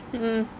mm